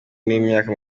y’imyaka